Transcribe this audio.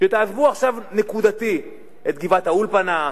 שתעזבו עכשיו נקודתית את גבעת-האולפנה,